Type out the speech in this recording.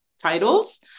titles